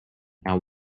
now